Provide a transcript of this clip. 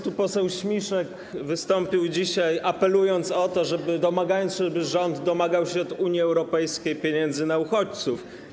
Tu poseł Śmiszek wystąpił dzisiaj, apelując o to, domagając się, żeby rząd domagał się od Unii Europejskiej pieniędzy na uchodźców.